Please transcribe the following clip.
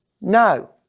No